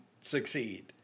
succeed